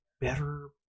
better